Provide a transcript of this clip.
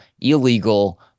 illegal